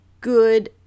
good